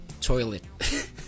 toilet